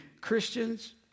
Christians